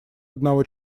одного